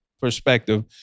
perspective